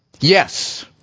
Yes